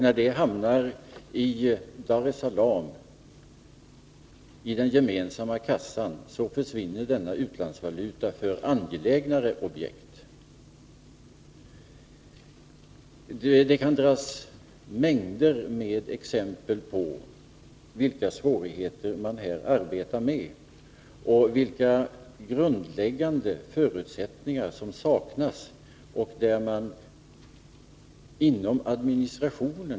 När denna utlandsvaluta hamnar i den gemensamma kassan i Dar es Salaam, försvinner den — den går till angelägnare objekt. Det kan anföras en mängd exempel på de svårigheter som man har att arbeta med och på de grundläggande förutsättningar som saknas.